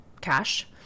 cash